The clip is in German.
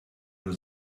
nur